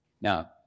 Now